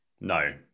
No